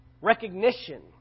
Recognition